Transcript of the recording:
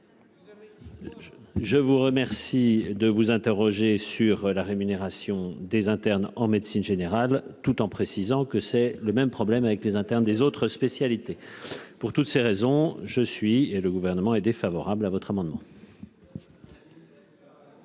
Je vous remercie de vous interroger sur la rémunération des internes en médecine générale, tout en précisant que c'est le même problème avec les internes des autres spécialités pour toutes ces raisons je suis et le gouvernement est défavorable à votre amendement.